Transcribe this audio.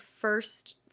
first